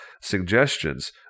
suggestions